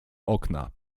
okna